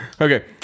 okay